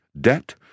debt